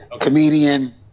Comedian